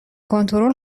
کنترل